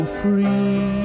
free